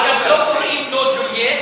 אגב, לא קוראים לו ג'ולייט.